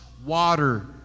water